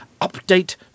update